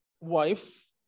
wife